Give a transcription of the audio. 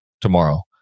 tomorrow